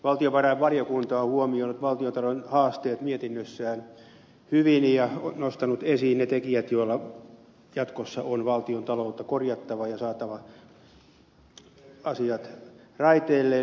valtiovarainvaliokunta on huomioinut valtiontalouden haasteet mietinnössään hyvin ja nostanut esiin ne tekijät joilla jatkossa on valtiontaloutta korjattava ja saatava asiat raiteilleen